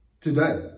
today